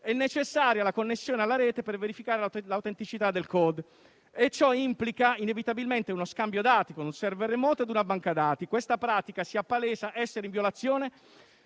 è necessaria la connessione alla Rete per verificare l'autenticità del *code*. Ciò implica inevitabilmente uno scambio dati con un *server* remoto e una banca dati. Questa pratica si appalesa essere in violazione